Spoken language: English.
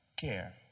care